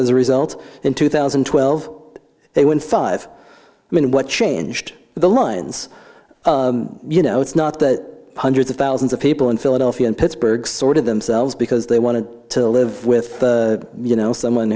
as a result in two thousand and twelve they won five min what changed the lines you know it's not that hundreds of thousands of people in philadelphia and pittsburgh sorted themselves because they wanted to live with you know someone